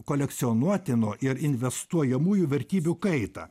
kolekcionuotinų ir investuojamųjų vertybių kaitą